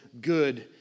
good